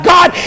God